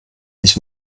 ich